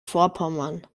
vorpommern